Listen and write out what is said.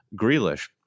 Grealish